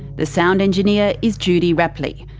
the sound engineer is judy rapley,